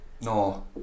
no